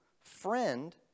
friend